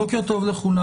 בוקר טוב לכולם.